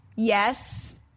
Yes